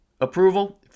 approval